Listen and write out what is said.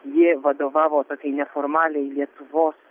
ji vadovavo tokiai neformaliai lietuvos